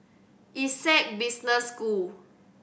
Essec Business School